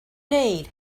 need